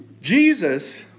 Jesus